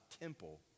temple